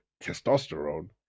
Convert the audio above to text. testosterone